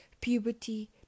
puberty